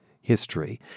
history